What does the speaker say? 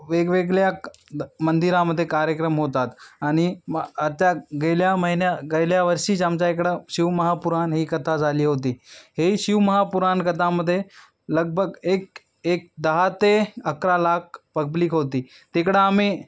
वेगवेगळ्या द मंदिरामध्ये कार्यक्रम होतात आणि मग आता गेल्या महिन्यात गेल्या वर्षीच आमच्या इकडं शिवमहापुराण ही कथा झाली होती ही शिवमहापुराण कथामध्ये लगभग एक एक दहा ते अकरा लाख पब्लिक होती तिकडं आम्ही